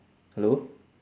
hello